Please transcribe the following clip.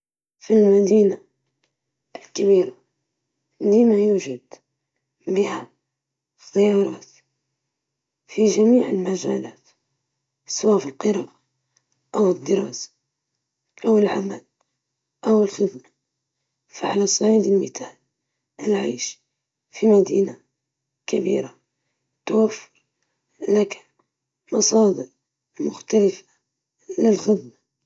نفضل عالم خالٍ من الكوارث الطبيعية، لأنها تسبب ضررًا شديدًا للحياة والبيئة، الجريمة رغم خطورتها، يمكن أن تتنظم عن طريق القوانين والعدالة الاجتماعية، بينما السيطرة على الكوارث الطبيعية تحتاج إلى استباقها والتأهب لها بشكل مستدام.